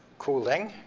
cooling,